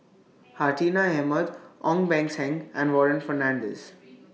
Hartinah Ahmad Ong Beng Seng and Warren Fernandez